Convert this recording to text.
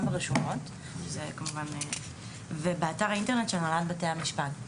ברשומות ובאתר האינטרנט של הנהלת בתי-המשפט.